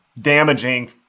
damaging